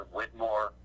Whitmore